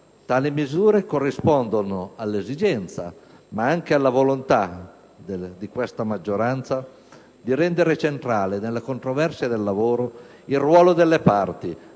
tali misure corrispondono all'esigenza, ma anche alla volontà di questa maggioranza, di rendere centrale nella controversia del lavoro il ruolo delle parti,